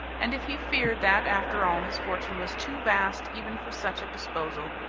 and if he feared that, after all, his fortune was too vast even for such a disposal,